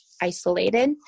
isolated